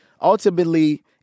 ultimately